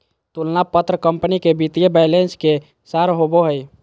तुलना पत्र कंपनी के वित्तीय बैलेंस के सार होबो हइ